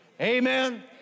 Amen